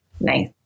Nice